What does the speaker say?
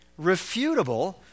refutable